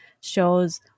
shows